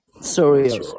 sorry